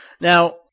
Now